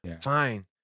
Fine